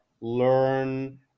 learn